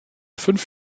fünf